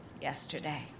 yesterday